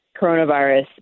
coronavirus